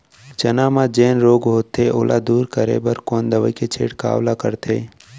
चना म जेन रोग होथे ओला दूर करे बर कोन दवई के छिड़काव ल करथे?